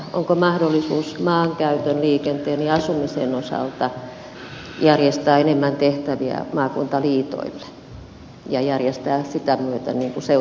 onko mahdollisuus maankäytön liikenteen ja asumisen osalta järjestää enemmän tehtäviä maakuntaliitoille ja järjestää sitä myötä seutuhallintoa uudestaan